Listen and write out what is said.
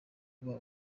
kuba